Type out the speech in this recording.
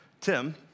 Tim